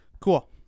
Cool